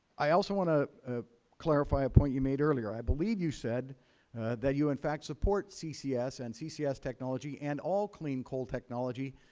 i also want to ah clarify a point you made earlier. i believe you said that you, in fact, support ccs and ccs technology and all clean coal technology.